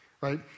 right